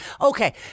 Okay